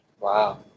Wow